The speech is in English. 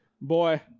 boy